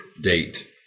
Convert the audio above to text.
date